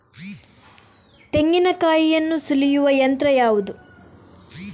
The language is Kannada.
ತೆಂಗಿನಕಾಯಿಯನ್ನು ಸುಲಿಯುವ ಯಂತ್ರ ಯಾವುದು?